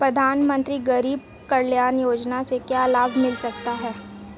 प्रधानमंत्री गरीब कल्याण योजना से क्या लाभ मिल सकता है?